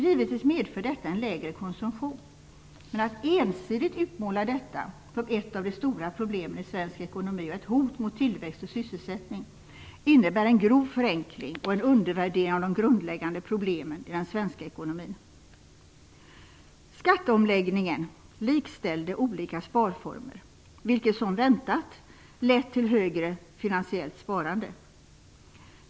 Givetvis medför detta en lägre konsumtion, men att ensidigt utmåla detta som ett av de stora problemen i svensk ekonomi och ett hot mot tillväxt och sysselsättning innebär en grov förenkling och en undervärdering av de grundläggande problemen i den svenska ekonomin. Skatteomläggningen likställde olika sparformer, vilket som väntat ledde till högre finansiellt sparande.